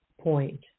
point